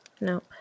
Nope